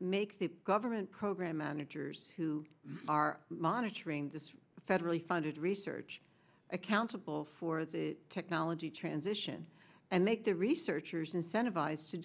make the government program managers who are monitoring this federally funded research accountable for the technology transition and make the researchers incentiv